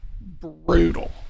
brutal